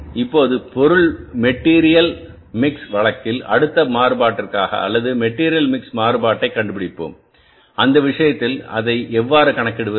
இப்போது material mix வழக்கில் அடுத்த மாறுபாட்டிற்காக அல்லது மெட்டீரியல் மிக்ஸ் மாறுபாட்டைக் கண்டுபிடிப்போம் அந்த விஷயத்தில் அதை எவ்வாறு கணக்கிடுவது